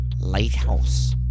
Lighthouse